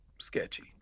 sketchy